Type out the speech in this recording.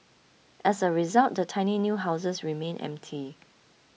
as a result the tiny new houses remained empty